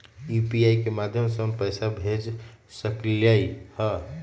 UPI के माध्यम से हम पैसा भेज सकलियै ह?